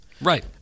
Right